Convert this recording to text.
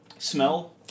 Smell